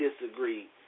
disagree